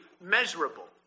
measurable